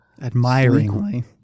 Admiringly